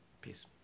Peace